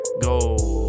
go